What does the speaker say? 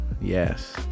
Yes